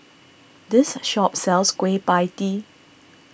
this shop sells Kueh Pie Tee